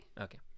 Okay